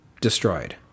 destroyed